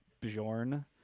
Bjorn